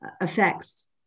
effects